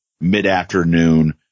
mid-afternoon